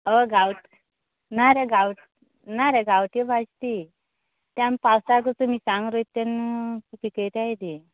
हय गांवठी ना रे गांवठी ना रे गांवठी भाजी ती ते आमी पावसाक मिरसांगो रयता तेन्ना न्हय पिकयताय तें